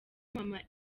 maman